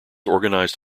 organized